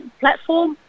platform